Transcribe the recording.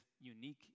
unique